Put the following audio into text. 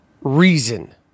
reason